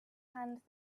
hand